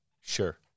sure